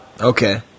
Okay